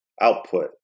output